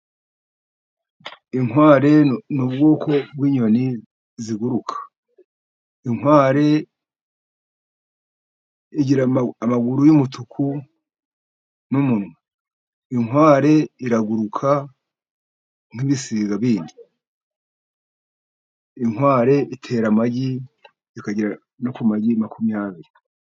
Inkware ni ubwoko bw'inyoni ziguruka, inkware igira amaguru y'umutuku n'umunwa, inkware iraguruka nk'ibisiga bindi, inkware itera amagi ikagera no ku magi makumyabiri.